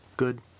good